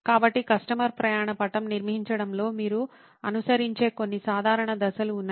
కాబట్టి కస్టమర్ ప్రయాణ పటం నిర్మించడంలో మీరు అనుసరించే కొన్ని సాధారణ దశలు ఉన్నాయి